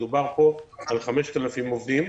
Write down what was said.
מדובר פה על 5,000 עובדים.